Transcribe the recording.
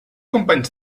companys